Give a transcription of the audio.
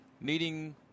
needing